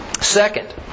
Second